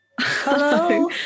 Hello